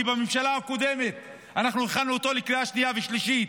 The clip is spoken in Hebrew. כי בממשלה הקודמת הכנו אותו לקריאה שנייה ושלישית.